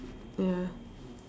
ya